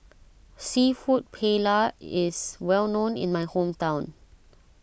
Seafood Paella is well known in my hometown